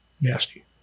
nasty